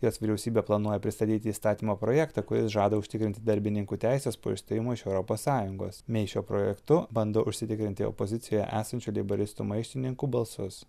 jos vyriausybė planuoja pristatyti įstatymo projektą kuris žada užtikrinti darbininkų teises po išstojimo iš europos sąjungos mei šiuo projektu bando užsitikrinti opozicijoje esančių leiboristų maištininkų balsus